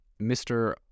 mr